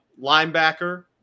Linebacker